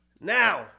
Now